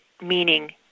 meaning